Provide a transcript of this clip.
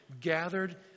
gathered